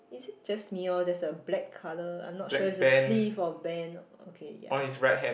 is it just me or there's a black colour I'm not sure it's a sleeve or band okay ya